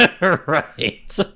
right